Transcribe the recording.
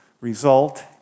result